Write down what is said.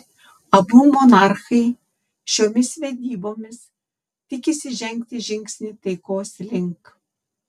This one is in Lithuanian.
abu monarchai šiomis vedybomis tikisi žengti žingsnį taikos link